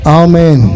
amen